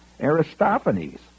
Aristophanes